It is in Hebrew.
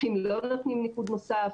המפקחים לא נותנים ניקוד נוסף.